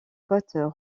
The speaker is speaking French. côtes